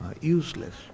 useless